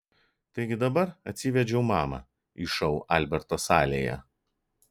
taigi dabar atsivedžiau mamą į šou alberto salėje